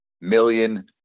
million